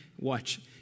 watch